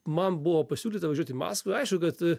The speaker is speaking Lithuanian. man buvo pasiūlyta važiuot į maskvą aišku kad